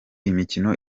imikino